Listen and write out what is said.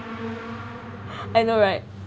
I know right